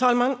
Fru talman!